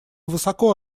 высоко